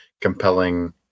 compelling